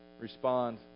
Respond